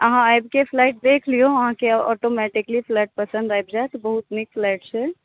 अहाँ आबिके फ्लैट देख लियौ अहाँ के ऑटोमेटेकली फ्लैट पसन्द आबि जायत बहुत नीक फ्लैट छै